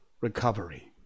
recovery